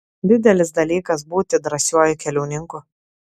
didelis dalykas būti drąsiuoju keliauninku